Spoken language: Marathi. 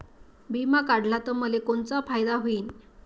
बिमा काढला त मले कोनचा फायदा होईन?